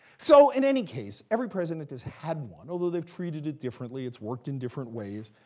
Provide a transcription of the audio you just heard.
so in any case, every president has had one, although they've treated it differently. it's worked in different ways.